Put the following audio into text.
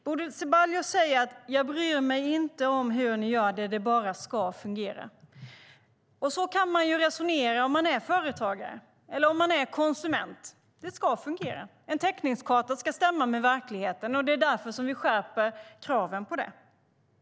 Bodil Ceballos säger: Jag bryr mig inte om hur ni gör det; det bara ska fungera. Så kan man resonera om man är företagare eller om man är konsument. Det ska fungera. En täckningskarta ska stämma med verkligheten. Det är därför vi skärper kraven när det gäller det.